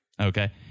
Okay